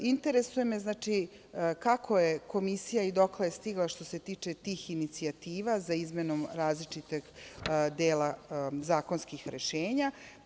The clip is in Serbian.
Interesuje me, znači, kako je Komisija i dokle je stigla što se tiče tih inicijativa za izmenom različitog dela zakonskih rešenja?